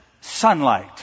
sunlight